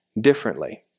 differently